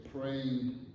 praying